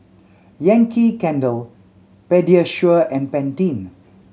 Yankee Candle Pediasure and Pantene